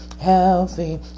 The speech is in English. healthy